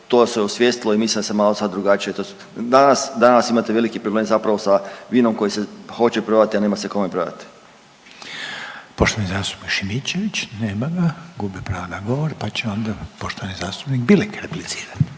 to se osvijestilo i mislim da se malo sad drugačije to, danas, danas imate veliki problema zapravo sa vinom koji se hoće prodati, a nema se kome prodati. **Reiner, Željko (HDZ)** Poštovani zastupnik Šimičević, nema ga. Gubi pravo pa će onda poštovani zastupnik Bilek replicirati.